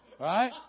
Right